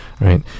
right